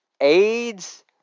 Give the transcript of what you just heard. AIDS